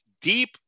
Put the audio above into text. deep